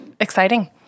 exciting